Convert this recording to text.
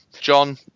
John